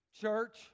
Church